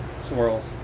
Swirls